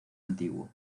antiguo